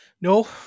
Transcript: No